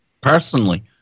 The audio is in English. personally